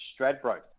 Stradbroke